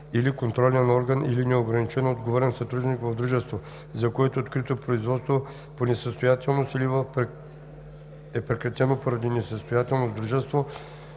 или на контролен орган или неограничено отговорен съдружник в дружество, за което е открито производство по несъстоятелност, или в прекратено поради несъстоятелност дружество,